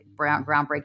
groundbreaking